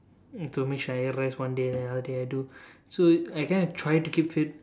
to make sure I rest one day then the other day I do so I kind of try to keep fit